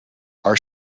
are